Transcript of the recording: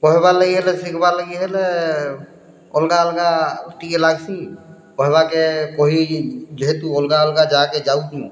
କହେବାର୍ ଲାଗି ହେଲେ ଶିଖବାର୍ ଲାଗି ହେଲେ ଅଲଗା ଅଲଗା ଟିକେ ଲାଗ୍ସି କହିବାକେ କହି ଯେହେତୁ ଅଲଗା ଅଲଗା ଜାଗାକେ ଯାଉଛୁଁ